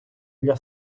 для